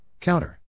counter